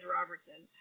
Robertson